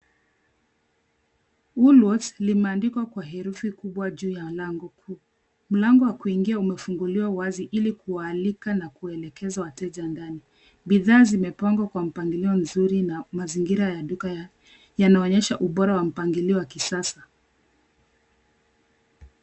Woolworths limeandikwa kwa herufi kubwa juu ya lango kuu. Mlango wa kuingia umefunguliwa wazi ili kuwaalika na kuwaelekeza wateja ndani. Bidhaa zimepangwa kwa mpangilio nzuri na mazingira ya duka yanaonyesha ubora wa mpangilio wa kisasa.